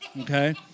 Okay